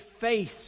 face